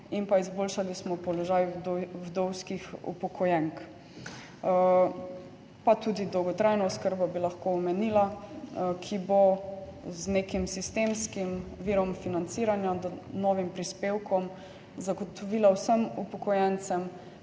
in izboljšali smo položaj vdovskih upokojenk, pa tudi dolgotrajno oskrbo bi lahko omenila, ki bo z nekim sistemskim virom financiranja, novim prispevkom, zagotovila vsem upokojencem,